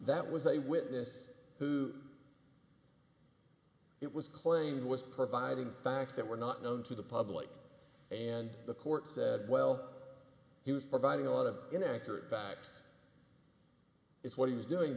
that was a witness who it was claimed was providing facts that were not known to the public and the court said well he was providing a lot of inaccurate facts is what he was doing